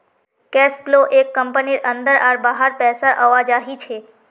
cash flow एक कंपनीर अंदर आर बाहर पैसार आवाजाही छे